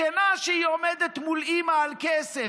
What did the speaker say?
מסכנה שהיא עומדת מול אימא על כסף.